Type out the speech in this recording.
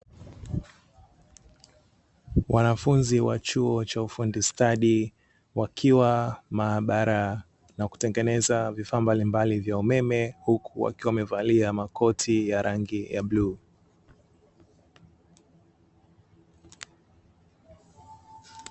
Wanafunzi wa chuo cha ufundi stadi wakiwa maabara na kutengeneza vifaa mbalimbali vya umeme huku wakiwa wamevalia makoti ya rangi ya bluu.